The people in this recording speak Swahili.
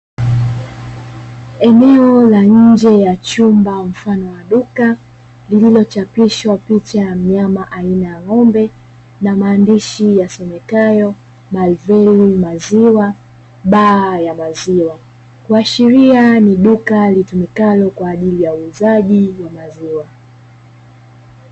Eneo la nje ya chumba mfano wa duka lililochapishwa picha ya mnyama aina ya ng'ombe na maandishi yasomekayo "mariveli maziwa baa ya maziwa" kuashiria ni duka litumikalo kwa ajili ya uuzaji wa maziwa.